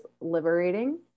liberating